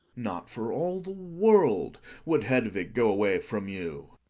not for all the world would hedvig go away from you.